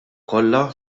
kollha